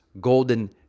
golden